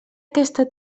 aquesta